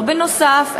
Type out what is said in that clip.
לא בנוסף,